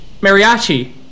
mariachi